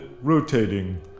rotating